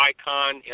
icon